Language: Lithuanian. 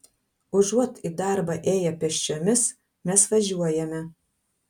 užuot į darbą ėję pėsčiomis mes važiuojame